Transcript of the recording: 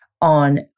on